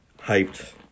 hyped